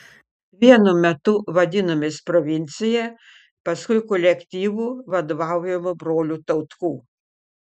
vienu metu vadinomės provincija paskui kolektyvu vadovaujamu brolių tautkų